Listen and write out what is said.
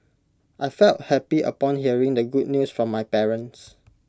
I felt happy upon hearing the good news from my parents